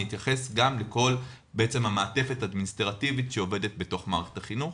אני אתייחס גם לכל המעטפת האדמיניסטרטיבית שעובדת בתוך מערכת החינוך,